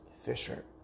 Fisher